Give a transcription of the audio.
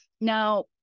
Now